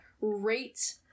Rate